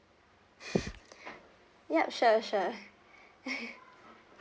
ya sure sure